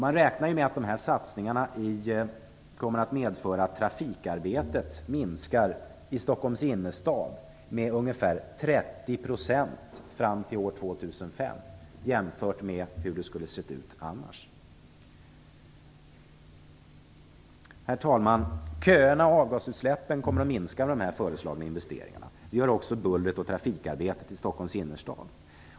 Man räknar med att de här satsningarna kommer att medföra att trafikarbetet i Stockholms innerstad minskar med ungefär 30 % fram till år 2005 jämfört med hur det skulle ha sett ut annars. Herr talman! Köerna och avgasutsläppen kommer att minska med de föreslagna investeringarna. Det gör också bullret och trafikarbetet i Stockholms innerstad.